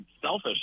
selfish